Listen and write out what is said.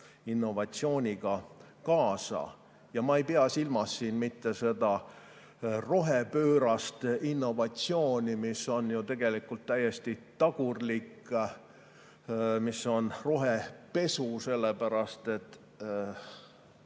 innovatsiooniga kaasa. Ma ei pea silmas rohepöörast innovatsiooni, mis on ju tegelikult täiesti tagurlik, mis on rohepesu, sellepärast et